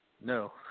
No